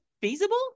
feasible